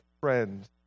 friend